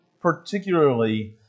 particularly